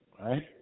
right